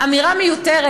אמירה מיותרת,